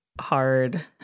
hard